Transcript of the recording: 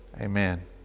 amen